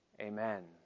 amen